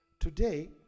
Today